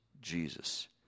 Jesus